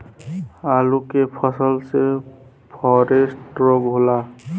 आलू के फसल मे फारेस्ट रोग होला?